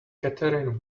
catherine